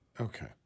Okay